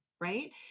right